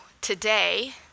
today